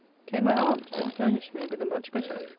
came my aunt, and furnished me with a much better.